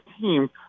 team